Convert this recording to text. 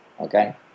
Okay